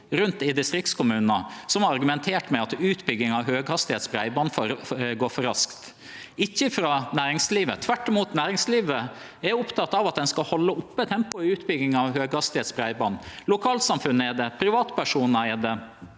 rundt i distriktskommunane som har argumentert med at utbygging av høghastigheitsbreiband går for raskt, heller ikkje frå næringslivet. Tvert imot, næringslivet er oppteke av at ein skal halde oppe tempoet i utbygginga av høghastigheitsbreiband. Lokalsamfunna er det, privatpersonar er det.